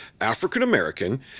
African-American